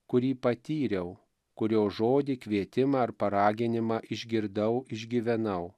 kurį patyriau kurio žodį kvietimą ar paraginimą išgirdau išgyvenau